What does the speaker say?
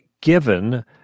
given